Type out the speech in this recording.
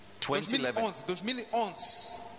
2011